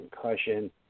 Concussion